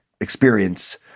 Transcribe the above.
experience